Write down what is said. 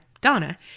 Donna